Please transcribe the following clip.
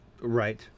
Right